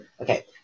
okay